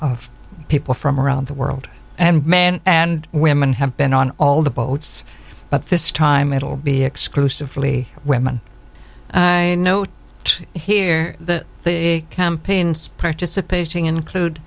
of people from around the world and men and women have been on all the boats but this time it'll be exclusively women note here the campaigns participating include